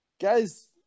guys